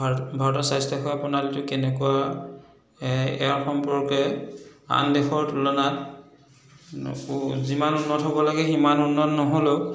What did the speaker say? ভাৰত ভাৰতৰ স্বাস্থ্য সেৱা প্ৰণালীটো কেনেকুৱা ইয়াৰ সম্পৰ্কে আন দেশৰ তুলনাত যিমান উন্নত হ'ব লাগে সিমান উন্নত ন'হলেও